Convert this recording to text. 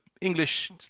English